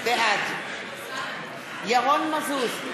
בעד ירון מזוז,